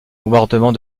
bombardement